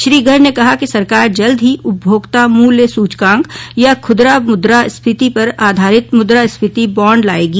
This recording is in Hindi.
श्री गर्ग ने कहा कि सरकार जल्दी ही उपभोक्ता मूल्य सूचकांक या खुदरा मुद्रा स्फीति पर आधारित मुद्रा स्फीति बॉन्ड लायेगी